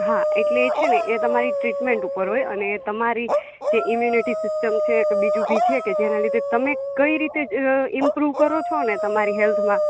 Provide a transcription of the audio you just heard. હા એટલે છે ને એ તમારી ટ્રીટમેન્ટ ઉપર હોય અને તમારી જે ઈમ્યુનિટી સિસ્ટમ છે કે બીજું બી છે કે જેના લીધે તમે કઈ રીતે ઇમ્પ્રૂવ કરો છો ને તમારી હેલ્થમાં